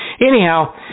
Anyhow